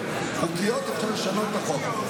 אם חוקיות, אפשר לשנות את החוק.